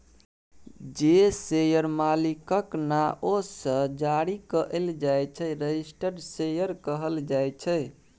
जे शेयर मालिकक नाओ सँ जारी कएल जाइ छै रजिस्टर्ड शेयर कहल जाइ छै